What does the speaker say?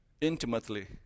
intimately